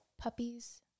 puppies